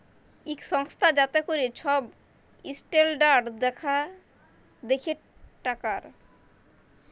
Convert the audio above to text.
ইক সংস্থা যাতে ক্যরে ছব ইসট্যালডাড় দ্যাখে টাকার